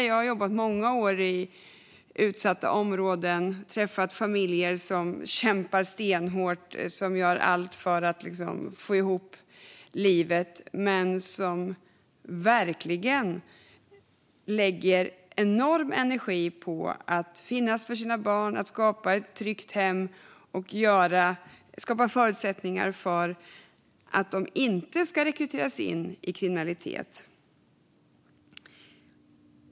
Jag har jobbat många år i utsatta områden, träffat familjer som kämpar stenhårt och gör allt för att få ihop livet men som verkligen lägger enorm energi på att finnas där för sina barn, skapa ett tryggt hem och skapa förutsättningar för att de inte ska rekryteras in i kriminalitet.